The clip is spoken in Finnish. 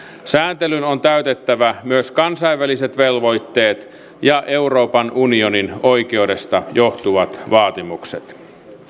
sääntelyn on täytettävä myös kansainväliset velvoitteet ja euroopan unionin oikeudesta johtuvat vaatimukset